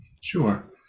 Sure